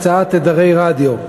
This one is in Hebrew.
הקצאת תדרי רדיו,